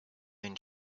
been